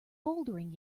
bouldering